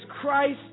Christ